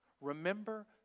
Remember